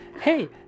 Hey